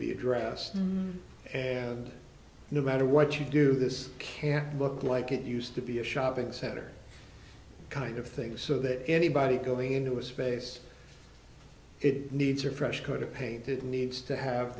be addressed and no matter what you do this can look like it used to be a shopping center kind of thing so that anybody going into a space it needs or fresh coat of paint it needs to have